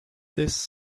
this